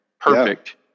Perfect